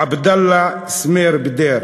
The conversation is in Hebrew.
עבדאללה סמיר בדיר,